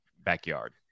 backyard